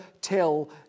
tell